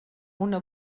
una